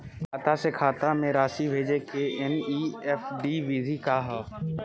खाता से खाता में राशि भेजे के एन.ई.एफ.टी विधि का ह?